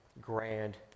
grand